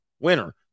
winner